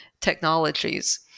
technologies